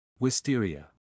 Wisteria